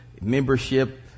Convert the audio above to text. membership